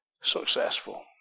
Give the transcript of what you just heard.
successful